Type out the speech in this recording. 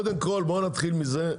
בואו נתחיל מזה,